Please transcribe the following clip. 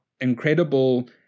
incredible